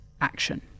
action